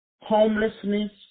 homelessness